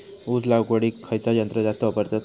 ऊस लावडीक खयचा यंत्र जास्त वापरतत?